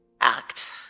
act